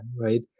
right